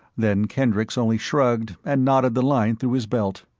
then kendricks only shrugged and knotted the line through his belt.